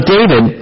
David